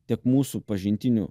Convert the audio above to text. tiek mūsų pažintinių